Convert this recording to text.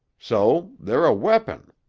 so they're a weapon.